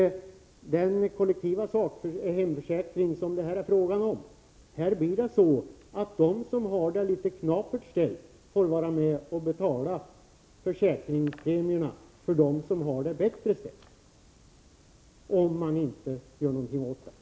I den kollektiva hemförsäkring som det här är fråga om blir det så att de som har det litet knapert ställt får vara med och betala försäkringspremien för den som har det bättre — om man inte gör någonting åt detta.